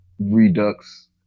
Redux